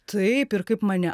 taip ir kaip mane